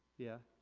yeah?